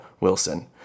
Wilson